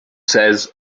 says